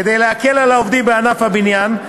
כדי להקל על העובדים בענף הבניין,